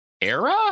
era